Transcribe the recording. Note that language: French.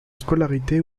scolarité